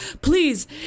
please